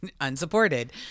unsupported